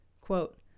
Quote